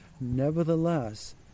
Nevertheless